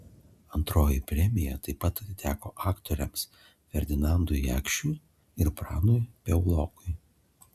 antroji premija taip pat atiteko aktoriams ferdinandui jakšiui ir pranui piaulokui